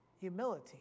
Humility